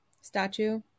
statue